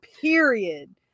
Period